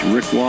Rick